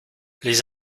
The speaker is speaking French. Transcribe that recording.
les